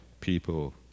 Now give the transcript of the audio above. people